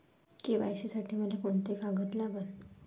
KYC साठी मले कोंते कागद लागन?